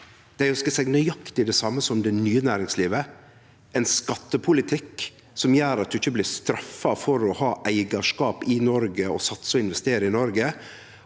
Dei ønskjer seg nøyaktig det same som det nye næringslivet: ein skattepolitikk som gjer at ein ikkje blir straffa for å ha eigarskap i Noreg, for å satse og investere i Noreg,